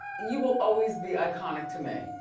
you will always be iconic to me.